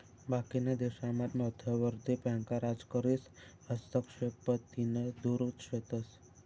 बाकीना देशामात मध्यवर्ती बँका राजकारीस हस्तक्षेपतीन दुर शेतस